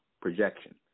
projection